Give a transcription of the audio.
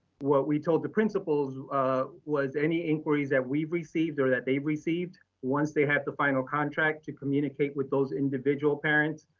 what we told the principals was any inquiries that we've received or that they've received once they have the final contract to communicate with those individual parents